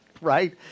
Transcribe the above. right